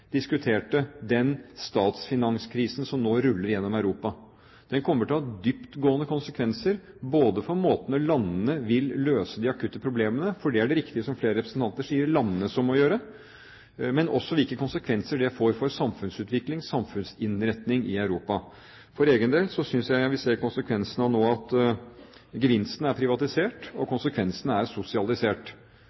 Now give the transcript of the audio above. diskuterte den statsfinanskrisen som nå ruller gjennom Europa. Den kommer til å ha dyptgående konsekvenser både for måten landene vil løse de akutte problemene på – for det er riktig, som flere representanter sier, at det er det landene som må gjøre – men også hvilke konsekvenser det får for samfunnsutvikling, samfunnsinnretning, i Europa. For egen del synes jeg vi nå ser konsekvensene, at gevinsten er privatisert og konsekvensene sosialisert.